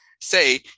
say